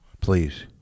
Please